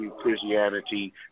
Christianity